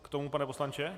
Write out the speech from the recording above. K tomu, pane poslanče?